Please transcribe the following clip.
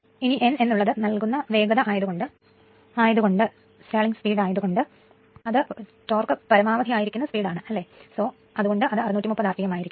ഇനി n എന്ന് ഉള്ളത് നിൽക്കുന്ന വേഗത ആയത് കൊണ്ട് അതായത് ഭ്രമണം ഏറ്റവും അധികം ആയതിനാൽ ഇത് 630 rpm ആയിരിക്കും